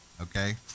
okay